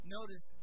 Notice